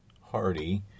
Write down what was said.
Hardy